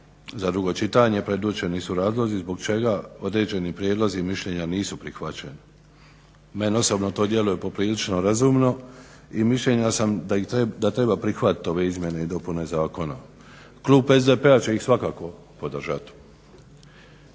za drugo čitanje predočeni su razlozi zbog čega određeni prijedlozi i mišljenja nisu prihvaćeni. Meni osobno to djeluje poprilično razumno i mišljenja sam da treba prihvatiti ove izmjene i dopune zakona. Klub SDP-a će ih svakako podržati.